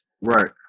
Right